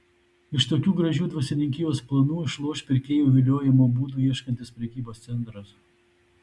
iš tokių gražių dvasininkijos planų išloš pirkėjų viliojimo būdų ieškantis prekybos centras